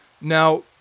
Now